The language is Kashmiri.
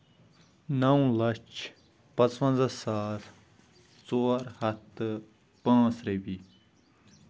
نو لَچھ پانژھ وَنزہ ساس ژور ہَتھ تہٕ پانژھ رۄپیہِ